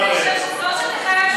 ילדים בני 16,